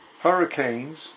hurricanes